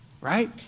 right